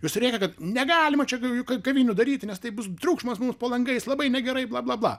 jos rėkia kad negalima čia jokių kavinių daryti nes tai bus triukšmas mus po langais labai negerai bla bla bla